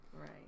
Right